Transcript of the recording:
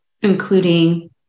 including